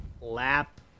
Lap